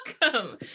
Welcome